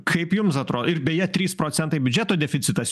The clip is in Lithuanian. kaip jums atrodo ir beje trys procentai biudžeto deficitas